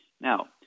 Now